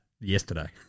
yesterday